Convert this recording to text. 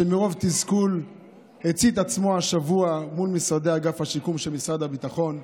שמרוב תסכול הצית עצמו השבוע מול משרדי אגף השיקום של משרד הביטחון,